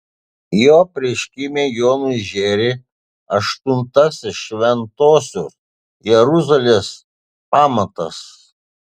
juo apreiškime jonui žėri aštuntasis šventosios jeruzalės pamatas